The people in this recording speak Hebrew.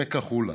בעמק החולה,